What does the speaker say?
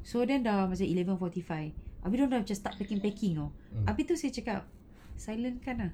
so then dah macam eleven forty five habis tu dia orang just start packing packing [tau] habis tu saya cakap silent kan ah